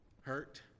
hurt